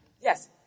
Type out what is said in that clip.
Yes